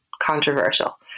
controversial